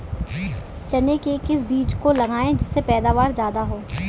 चने के किस बीज को लगाएँ जिससे पैदावार ज्यादा हो?